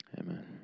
Amen